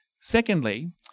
Secondly